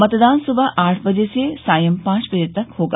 मतदान सुबह आठ बजे से सायं पांच बजे तक होगा